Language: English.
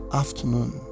afternoon